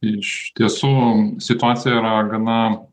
iš tiesų situacija yra gana